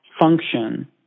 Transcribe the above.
function